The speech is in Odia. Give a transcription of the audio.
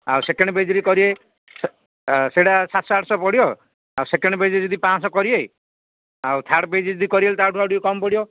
ଆଉ ସେକେଣ୍ଡ ପେଜ୍ରେ କରିବେ ସେଇଟା ସାତଶହ ଆଠଶହ ପଡ଼ିବ ଆଉ ସେକେଣ୍ଡ ପେଜ୍ରେ ଯଦି ପାଞ୍ଚ ଶହ କରିବେ ଆଉ ଥାର୍ଡ୍ ପେଜ୍ରେ ଯଦି କରିବେ ତାଠୁ ଟିକେ କମ୍ ପଡ଼ିବ